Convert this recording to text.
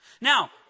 Now